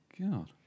God